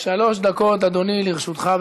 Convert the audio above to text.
שלוש דקות, אדוני, לרשותך.